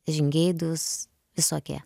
žingeidūs visokie